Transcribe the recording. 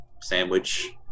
sandwich